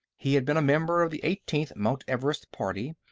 he had been a member of the eighteenth mount everest party,